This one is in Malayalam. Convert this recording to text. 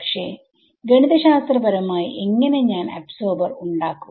പക്ഷേ ഗണിതശാസ്ത്രപരമായി എങ്ങനെ ഞാൻ അബ്സോർബർ ഉണ്ടാക്കും